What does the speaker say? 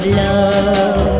love